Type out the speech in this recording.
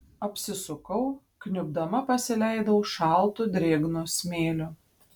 apsisukau kniubdama pasileidau šaltu drėgnu smėliu